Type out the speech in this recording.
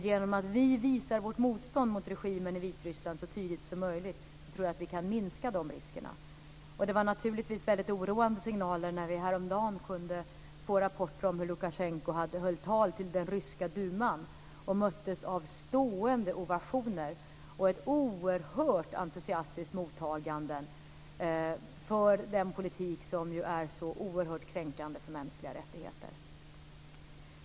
Genom att vi visar vårt motstånd mot regimen i Vitryssland så tydligt som möjligt tror jag dock att vi kan minska de riskerna. Det var naturligtvis väldigt oroande signaler när vi häromdagen fick rapporter om att Lukasjenko höll tal till den ryska duman och möttes av stående ovationer och fick ett oerhört entusiastiskt mottagande för den politik som ju är så oerhört kränkande för mänskliga rättigheter.